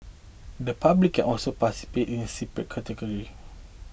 the public can also participate in a separate category